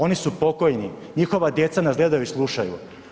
Oni su pokojni, njihova djeca nas gledaju i slušaju.